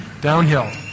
Downhill